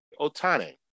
Otani